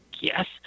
yes